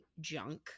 junk